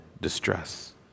distress